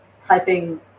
typing